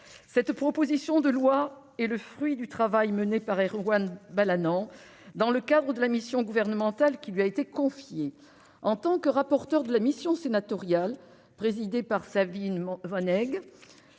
Cette proposition de loi est le fruit du travail mené par Erwan Balanant, dans le cadre de la mission gouvernementale qui lui a été confiée. En tant que rapporteure de la mission sénatoriale contre le harcèlement